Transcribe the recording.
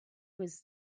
was